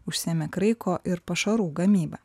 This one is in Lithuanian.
užsiėmė kraiko ir pašarų gamyba